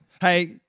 Hey